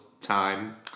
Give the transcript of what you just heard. time